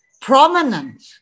prominent